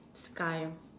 sky